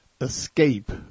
escape